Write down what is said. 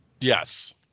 Yes